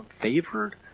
favored